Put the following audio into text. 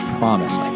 promise